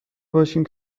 باشیم